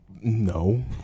no